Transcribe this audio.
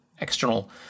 external